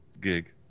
gig